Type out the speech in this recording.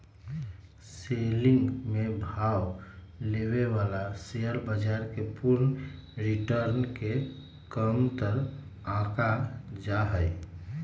selling में भाग लेवे वाला शेयर बाजार के पूर्ण रिटर्न के कमतर आंका जा हई